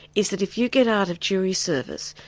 is that if you get out of jury service,